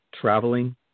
traveling